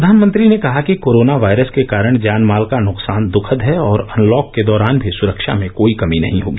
प्रधानमंत्री ने कहा कि कोरोनावायरस के कारण जानमाल का नुकसान दखद है और अनलॉक के दौरान भी सुरक्षा में कोई कमी नहीं होगी